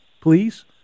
please